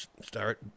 start